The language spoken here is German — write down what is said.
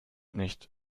nicht